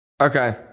Okay